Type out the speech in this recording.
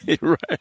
Right